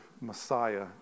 Messiah